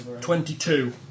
Twenty-two